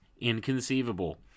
inconceivable